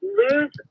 lose